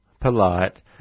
polite